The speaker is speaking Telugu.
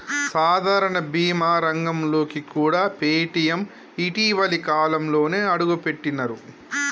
సాధారణ బీమా రంగంలోకి కూడా పేటీఎం ఇటీవలి కాలంలోనే అడుగుపెట్టినరు